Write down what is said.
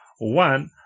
One